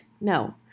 No